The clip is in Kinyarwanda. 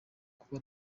kuba